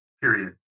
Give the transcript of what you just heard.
period